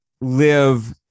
live